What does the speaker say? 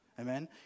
Amen